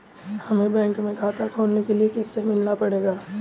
हमे बैंक में खाता खोलने के लिए किससे मिलना पड़ेगा?